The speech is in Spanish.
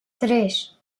tres